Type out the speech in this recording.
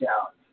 out